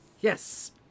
Yes